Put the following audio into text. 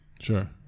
Sure